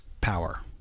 power